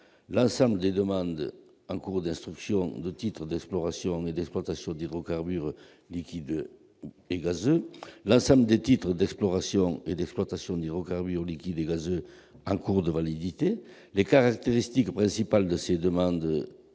l'ensemble des demandes en cours d'instruction de titres d'exploration et d'exploitation d'hydrocarbures liquides et gazeux, l'ensemble des titres d'exploration et d'exploitation d'hydrocarbures liquides et gazeux en cours de validité, les caractéristiques principales de ces demandes